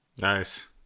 Nice